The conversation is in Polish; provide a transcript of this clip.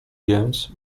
więc